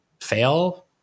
fail